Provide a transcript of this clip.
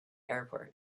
airport